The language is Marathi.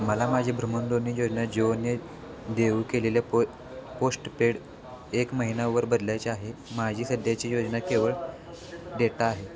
मला माझी भ्रमणध्वनी योजना जीओने देऊ केलेल्या पो पोष्टपेड एक महिनावर बदलायचे आहे माझी सध्याची योजना केवळ डेटा आहे